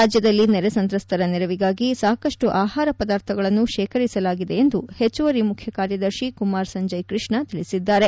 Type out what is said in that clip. ರಾಜ್ಯದಲ್ಲಿ ನೆರೆ ಸಂತ್ರಸ್ತರ ನೆರವಿಗಾಗಿ ಸಾಕಷ್ಟು ಆಹಾರ ಪದಾರ್ಥಗಳನ್ನು ಶೇಖರಿಸಲಾಗಿದೆ ಎಂದು ಹೆಚ್ಚುವರಿ ಮುಖ್ಯಕಾರ್ಯದರ್ಶಿ ಕುಮಾರ್ ಸಂಜಯ್ ಕೃಷ್ಣ ತಿಳಿಸಿದ್ದಾರೆ